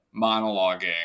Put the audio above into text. monologuing